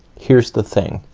here's the thing.